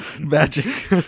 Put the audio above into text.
Magic